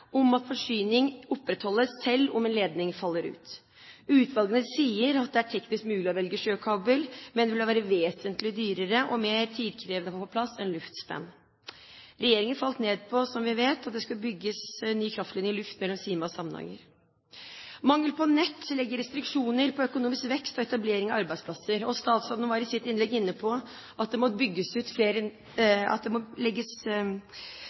om at forsyning opprettholdes selv om en ledning faller ut. Utvalgene sier at det er teknisk mulig å velge sjøkabel, men at dét vil være vesentlig dyrere og mer tidkrevende å få på plass enn luftspenn. Regjeringen falt ned på, som vi vet, at det skal bygges ny kraftlinje i luft mellom Sima og Samnanger. Mangel på nett legger restriksjoner på økonomisk vekst og etablering av arbeidsplasser. Statsråden var i sitt innlegg inne på at det må bygges ut nett framover, noe som har vært forsømt i flere